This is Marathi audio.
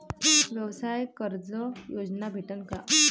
व्यवसाय कर्ज योजना भेटेन का?